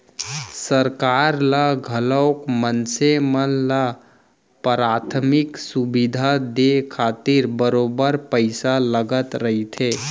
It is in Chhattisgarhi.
सरकार ल घलोक मनसे मन ल पराथमिक सुबिधा देय खातिर बरोबर पइसा लगत रहिथे